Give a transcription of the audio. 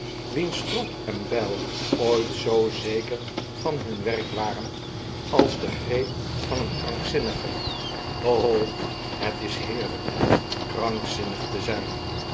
wiens strop en bijl ooit zoo zeker van hun werk waren als de greep van een krankzinnige hoi ho het is heerlijk krankzinnig te zijn